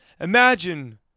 Imagine